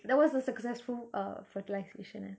there was a successful uh fertilisation eh